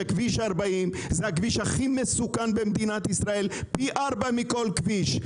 שכביש 40 זה הכביש הכי מסוכן במדינת ישראל פי ארבע מכל כביש.